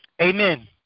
Amen